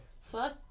Fuck